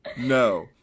No